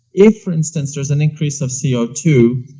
if for instance, there's an increase of c o two,